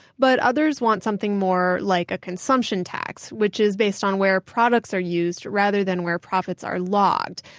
but others want something more like a consumption tax, which is based on where products are used rather than where profits are logged.